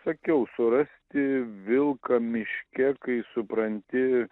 sakiau surasti vilką miške kai supranti